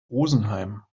rosenheim